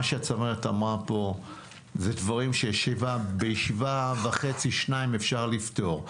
מה שצמרת אמרה פה אלו דברים שבישיבה וחצי-שתיים אפשר לפתור.